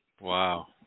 Wow